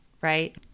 right